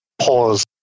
pause